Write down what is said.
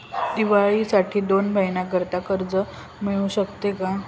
दिवाळीसाठी दोन महिन्याकरिता कर्ज मिळू शकते का?